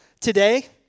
today